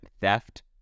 theft